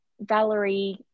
Valerie